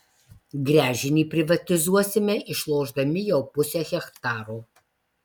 gręžinį privatizuosime išlošdami jau pusę hektaro